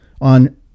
on